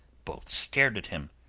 both stared at him.